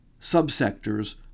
subsectors